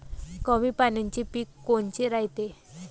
कमी पाण्याचे पीक कोनचे रायते?